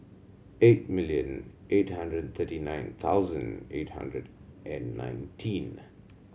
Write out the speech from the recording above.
eight million eight hundred thirty nine thousand eight hundred and nineteen